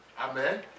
Amen